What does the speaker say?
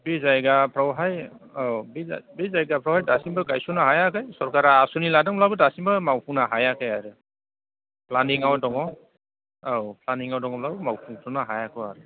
बे जायगाफ्रावहाय औ बे जायगाफ्रावहाय दासिमबो गायसननो हायाखै सरखारा आसनि लादोंब्लाबो दासिमबो मावफुंनो हायाखै आरो प्लानिङाव दङ औ प्लानिङाव दङब्लाबो मावफुंजोबनो हायाखै आरो